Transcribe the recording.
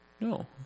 No